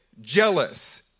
jealous